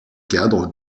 cadre